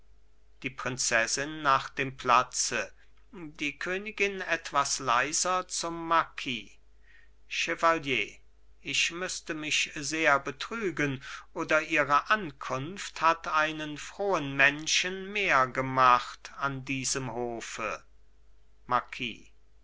die prinzessin geht nach dem platze die königin etwas leiser zum marquis chevalier ich müßte mich sehr betrügen oder ihre ankunft hat einen frohen menschen mehr gemacht an diesem hofe marquis